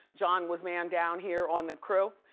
john was man down here on the crew?